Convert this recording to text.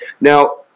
Now